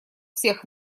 всех